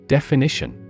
Definition